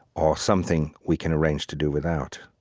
or something we can arrange to do without,